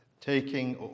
taking